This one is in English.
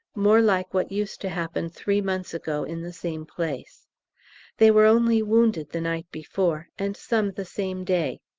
more like what used to happen three months ago in the same place they were only wounded the night before, and some the same day.